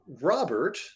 Robert